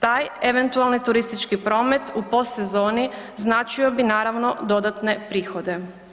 Taj eventualni turistički promet u postsezoni značio bi, naravno, dodatne prihode.